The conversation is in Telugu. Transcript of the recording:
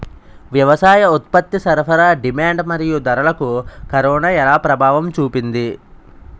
వ్యవసాయ ఉత్పత్తి సరఫరా డిమాండ్ మరియు ధరలకు కరోనా ఎలా ప్రభావం చూపింది